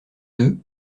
deux